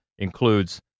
includes